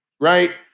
right